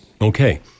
Okay